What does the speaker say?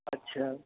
अच्छा